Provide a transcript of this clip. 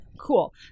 cool